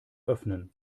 öffnen